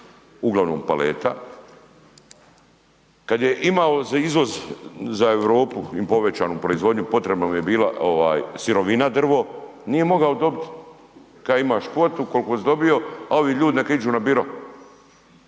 uglavnom paleta, kada je imao za izvoz za Europu povećanu proizvodnju potrebna mu je bila sirovina drvo, nije mogao dobiti. Kaže imaš kvotu koliko si dobio, a ovi ljudi neka iđu na biro,